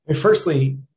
Firstly